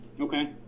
Okay